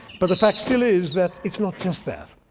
but, the fact still is that it's not just that.